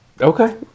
Okay